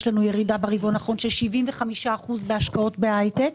לנו ירידה ברבעון האחרון של כ-75% בהשקעות בהייטק.